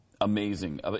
amazing